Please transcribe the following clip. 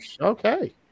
okay